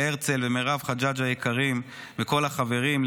להרצל ומירב חג'ג' היקרים וכל החברים,